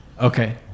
Okay